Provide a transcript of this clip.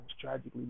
tragically